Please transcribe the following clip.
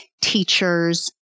teachers